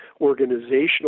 organizational